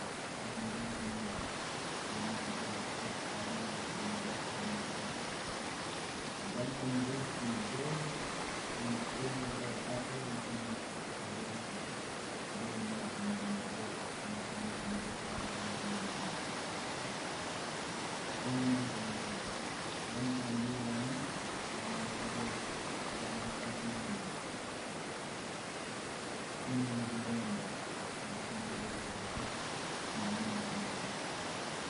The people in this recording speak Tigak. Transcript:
A kam rais gi nok une graa paleu gi tektek paleu la pakana rais kano kuk gun kam rais ki boil anok skeli a atar wosege rais gi bal inap ingi masok anok kalum a kalum anang tanam lo lana kain vivila aneng lo lana siva akare mas kalapang tata man no vivilai ina kara kuwe rais aso so pana nong ina gnan